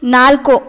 ನಾಲ್ಕು